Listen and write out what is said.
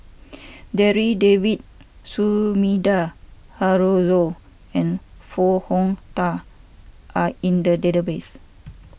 Darryl David Sumida Haruzo and Foo Hong Tatt are in the database